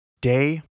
Day